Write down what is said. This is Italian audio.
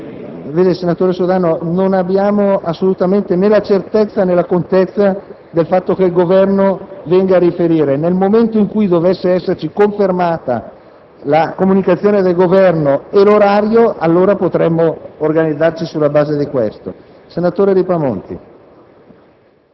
senatore Sodano, non abbiamo né la certezza né la contezza del fatto che il Governo venga a riferire. Nel momento in cui dovesse esserci confermata la comunicazione del Governo e l'orario, allora potremmo organizzarci al riguardo.